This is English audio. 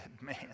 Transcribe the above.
man